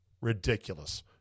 ridiculous